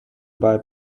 buy